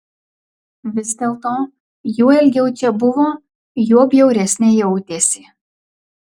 vis dėlto juo ilgiau čia buvo juo bjauresnė jautėsi